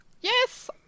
yes